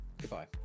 goodbye